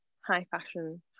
high-fashion